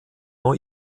neu